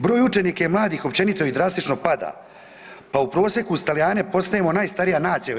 Broj učenika i mladih općenito i drastično pada pa u prosjeku uz Talijane postajemo najstarija nacija u EU.